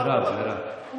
אבל ואללה, היה כאן, יהודי.